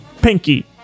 Pinky